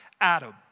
Adam